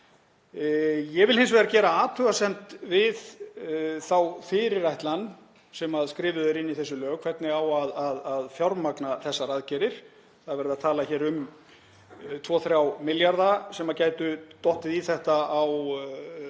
Ég vil hins vegar gera athugasemd við þá fyrirætlan sem skrifuð er inn í þessi lög um hvernig á að fjármagna þessar aðgerðir. Það er verið að tala um 2–3 milljarða sem gætu dottið í þetta á